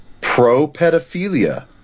pro-pedophilia